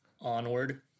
Onward